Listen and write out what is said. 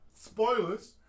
spoilers